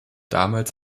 damals